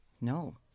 No